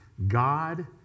God